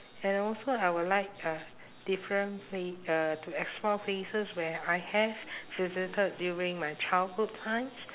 and also I would like uh different pla~ uh to explore places where I have visited during my childhood times